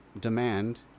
demand